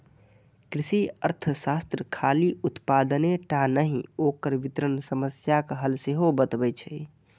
कृषि अर्थशास्त्र खाली उत्पादने टा नहि, ओकर वितरण समस्याक हल सेहो बतबै छै